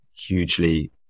hugely